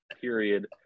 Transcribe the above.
period